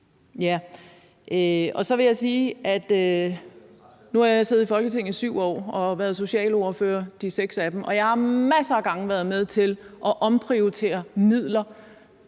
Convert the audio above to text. lov. Så vil jeg sige, at nu har jeg jo siddet i Folketinget i 7 år og været socialordfører de 6 af dem, og jeg har masser af gange været med til at omprioritere